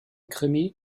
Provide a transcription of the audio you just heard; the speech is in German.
krimi